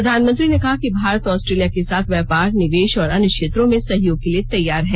प्रधानमंत्री ने कहा कि भारत ऑस्ट्रेलिया के साथ व्यापार निवेष और अन्य क्षेत्रों में सहयोग के लिए तैयार है